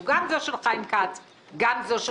גם אנחנו בעד.